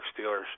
Steelers